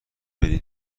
بری